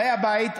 באי הבית,